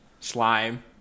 Slime